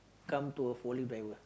come to a forklift dirver